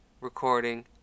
recording